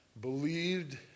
believed